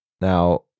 Now